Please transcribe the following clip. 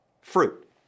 Fruit